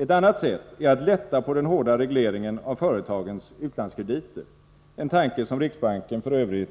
Ett annat sätt är att lätta på den hårda regleringen av företagens utlandskrediter — en tanke som riksbanken f. ö.